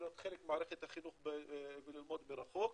להיות חלק ממערכת החינוך וללמוד מרחוק.